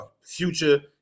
future